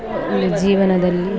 ಈ ಜೀವನದಲ್ಲಿ